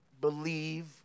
believe